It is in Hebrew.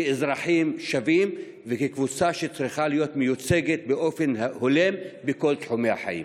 כאזרחים שווים וכקבוצה שצריכה להיות מיוצגת באופן הולם בכל תחומי החיים.